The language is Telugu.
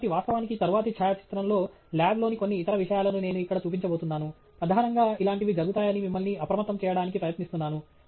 కాబట్టి వాస్తవానికి తరువాతి ఛాయాచిత్రంలో ల్యాబ్లోని కొన్ని ఇతర విషయాలను నేను ఇక్కడ చూపించబోతున్నాను ప్రధానంగా ఇలాంటివి జరుగుతాయని మిమ్మల్ని అప్రమత్తం చేయడానికి ప్రయత్నిస్తున్నాను